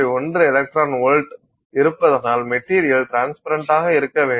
1 electron volt இருப்பதனால் material ட்ரான்ஸ்பரன்டாக இருக்க வேண்டும்